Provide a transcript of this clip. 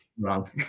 wrong